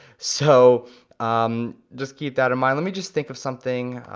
so um just keep that in mind. let me just think of something,